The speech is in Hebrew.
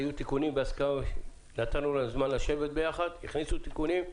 היו תיקונים ונתנו זמן לשבת יחד והכניסו תיקונים.